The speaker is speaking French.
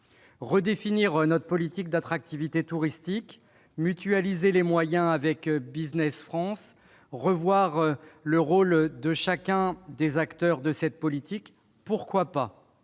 Redéfinir notre politique d'attractivité touristique, mutualiser les moyens avec Business France, revoir le rôle de chacun des acteurs de cette politique ... pourquoi pas ?